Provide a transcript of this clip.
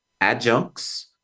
adjuncts